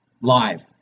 live